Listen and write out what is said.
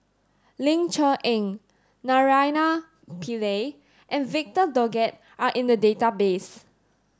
Ling Cher Eng Naraina Pillai and Victor Doggett are in the database